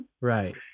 Right